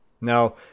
Now